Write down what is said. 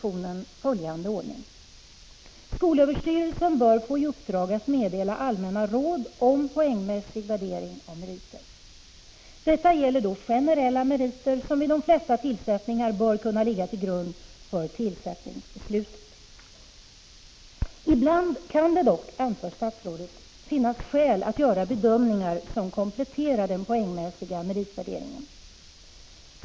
Skolöverstyrelsen bör få i uppdrag att meddela allmänna råd om poängmässig värdering av meriter. Detta gäller då generella meriter, som vid de flesta tillsättningar bör kunna ligga till grund för tillsättningsbeslutet. Ibland kan det dock, anför statsrådet, finnas skäl att göra bedömningar som kompletterar den poängmässiga meritvärderingen.